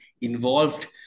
involved